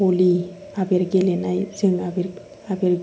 हलि आबिर गेलेनाय जों आबिर आबिर